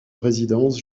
résidence